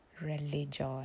religion